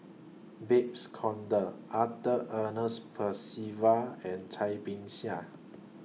Babes Conde Arthur Ernest Percival and Cai Bixia